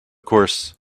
course